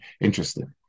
interesting